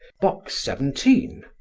box seventeen?